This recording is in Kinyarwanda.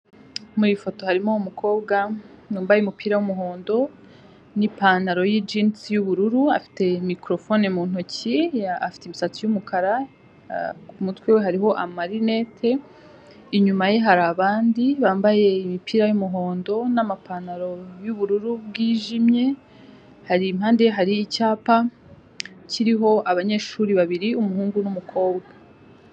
Muri iyi foto harimo umukobwa wambaye umupira w'umuhondo n'ipantaro y'ijingiisi y'ubururu afite mikorofone mu ntoki, afite imisatsi y'umukara, ku mutwe we hariho amarinete, Inyuma ye hari abandi bambaye imipira y'umuhondo n'amapantaro y'ubururu bw'ijimye impande ye hariyo icyapa kiriho abanyeshuri babiri, umuhungu n'umukobwa.